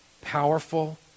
powerful